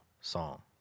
song